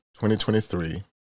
2023